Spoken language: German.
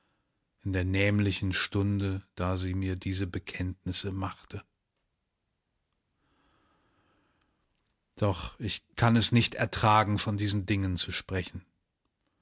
in der nämlichen stunde da sie mir diese bekenntnisse machte doch ich kann es nicht ertragen von diesen dingen zu sprechen